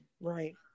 right